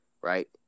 right